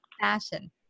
fashion